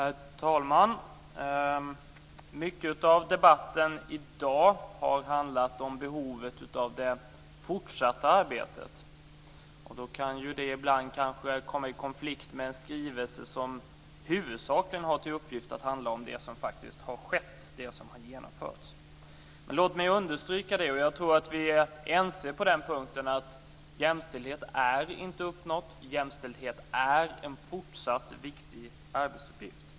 Herr talman! Mycket av debatten i dag har handlat om behovet av det fortsatta arbetet. Ibland kan ju det komma i konflikt med en skrivelse som huvudsakligen har till uppgift att handla om det som faktiskt har skett - det som har genomförts. Låt mig understryka - och jag tror att vi är ense på den punkten - att jämställdhet inte är uppnådd. Jämställdhet är en fortsatt viktig arbetsuppgift.